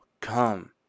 come